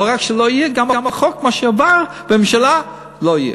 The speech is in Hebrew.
לא רק שלא יהיה, גם החוק שעבר בממשלה לא יהיה.